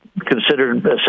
considered